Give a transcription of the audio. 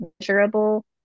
measurable